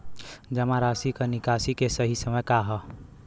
जमा राशि क निकासी के सही समय का ह?